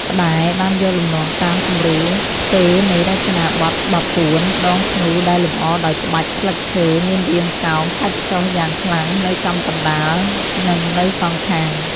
ផ្តែរ បានយកលំនាំតាមគំរូផ្ទេរនៃរចនាបថបាពួន ដងធ្នូដែលលម្អដោយក្បាច់ ស្លឹកឈើ មានរាងកោងកាច់ចុះយ៉ាងខ្លាំងនៅចំកណ្តាល និងនៅសងខាង។